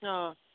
অঁ